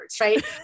right